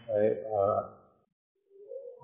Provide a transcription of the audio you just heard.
5 hour